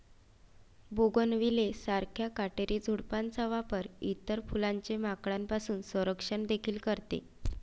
bougainvillea सारख्या काटेरी झुडपांचा वापर इतर फुलांचे माकडांपासून संरक्षण देखील करते